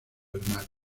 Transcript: hermano